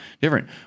different